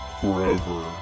forever